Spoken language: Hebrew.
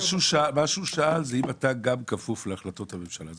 מה שהוא שאל זה אם אתה גם כפוף להחלטות הממשלה.